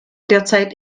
derzeit